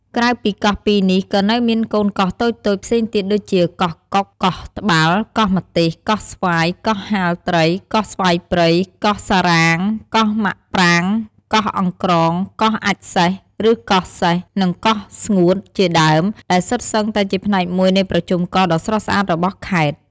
ក្រៅពីកោះពីនេះ ក៏នៅមានកូនកោះតូចៗផ្សេងទៀតដូចជា កោះកុក កោះត្បាល់ កោះម្ទេស កោះស្វាយ កោះហាលត្រី កោះស្វាយព្រៃ កោះសារ៉ាង កោះម៉ាកប្រាង កោះអង្គ្រង កោះអាចម៍សេះ ឬ កោះសេះ និង កោះស្ងួត ជាដើម ដែលសុទ្ធសឹងតែជាផ្នែកមួយនៃប្រជុំកោះដ៏ស្រស់ស្អាតរបស់ខេត្ត។